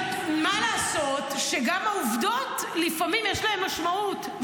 מה לעשות שגם העובדות לפעמים יש להן משמעות.